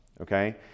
okay